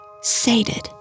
Sated